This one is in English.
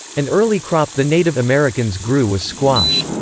an early crop the native americans grew was squash.